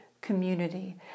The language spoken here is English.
community